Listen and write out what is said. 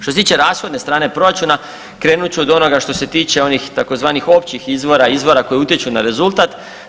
Što se tiče rashodne strane proračuna krenut ću od onoga što se tiče onih tzv. općih izvora, izvora koji utječu na rezultat.